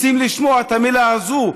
רוצים לשמוע את המילה הזאת,